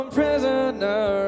prisoner